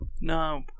No